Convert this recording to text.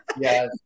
Yes